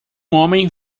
homem